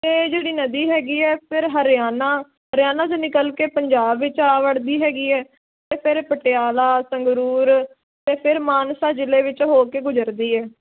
ਅਤੇ ਜਿਹੜੀ ਨਦੀ ਹੈਗੀ ਹੈ ਫਿਰ ਹਰਿਆਣਾ ਹਰਿਆਣਾ 'ਚੋਂ ਨਿਕਲ ਕੇ ਪੰਜਾਬ ਵਿੱਚ ਆ ਵੜਦੀ ਹੈਗੀ ਹੈ ਅਤੇ ਫਿਰ ਪਟਿਆਲਾ ਸੰਗਰੂਰ ਅਤੇ ਫਿਰ ਮਾਨਸਾ ਜ਼ਿਲ੍ਹੇ ਵਿੱਚ ਹੋ ਕੇ ਗੁਜ਼ਰਦੀ ਹੈ